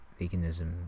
veganism